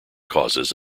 causes